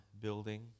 building